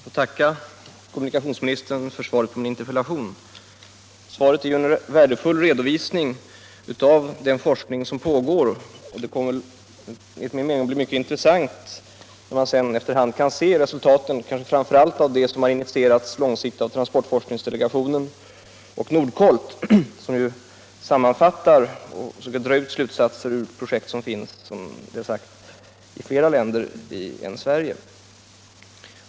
Herr talman! Jag ber att få tacka kommunikationsministern för svaret på min interpellation. Svaret är ju en värdefull redovisning av den forskning som pågår, och det kommer enligt min mening att bli mycket intressant att efter hand se resultaten, kanske framför allt av det som initierats långsiktigt av transportforskningsdelegationen och Nordkolt, som sammanfattar och försöker dra slutsatser av projekt som finns i flera länder än Sverige.